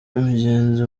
umugenzi